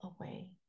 away